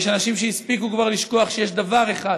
יש אנשים שהספיקו כבר לשכוח שיש דבר אחד